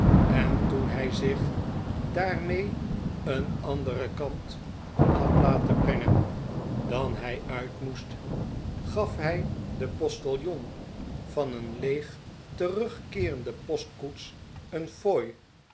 en toen hij zich daarmee een anderen kant op had laten brengen dan hij uit moest gat hij den postiljon van een leeg terugkeerende postkoets een fooi